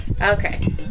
Okay